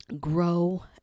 grow